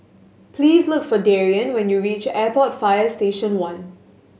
please look for Darien when you reach Airport Fire Station One